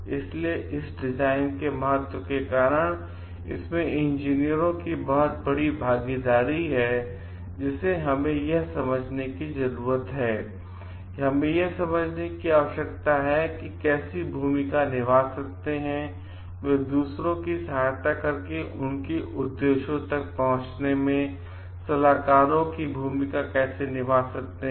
इसलिए इस डिजाइन के महत्व के कारण इसमें इंजीनियरों की बहुत बड़ी भागीदारी है जिसे हमें यह समझने की आवश्यकता हैहमें यह समझने की आवश्यकता है कि वे कैसी भूमिका निभा सकते हैं वे दूसरों की सहायता करके उनके उद्देश्यों तक पहुँचने में सलाहकारों की भूमिका कैसे निभा सकते हैं